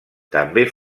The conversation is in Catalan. també